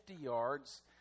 yards